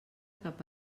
cap